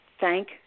thank